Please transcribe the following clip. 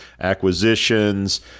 acquisitions